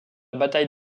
bataille